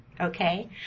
Okay